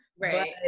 Right